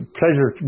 pleasure